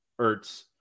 Ertz